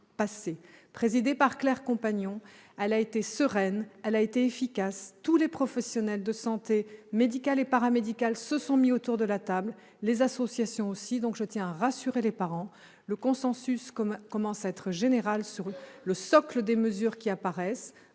présidée par Mme Claire Compagnon, elle a été sereine et efficace. Tous les professionnels de santé médicale et paramédicale se sont mis autour de la table, de même que les associations. Je tiens donc à rassurer les parents : le consensus commence à être général sur le socle des mesures à prendre.